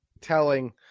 telling